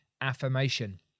affirmation